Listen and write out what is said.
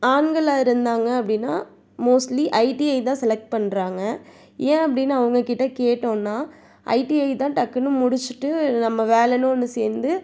ஆண்களாக இருந்தாங்க அப்படினா மோஸ்ட்லி ஐடிஐ தான் செலைக்ட் பண்ணுறாங்க ஏன் அப்படின்னு அவங்க கிட்ட கேட்டோம்ன்னா ஐடிஐ தான் டக்குன்னு முடிச்சுவிட்டு நம்ம வேலன்னு ஒன்று சேர்ந்து